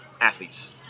athletes